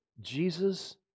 Jesus